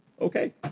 okay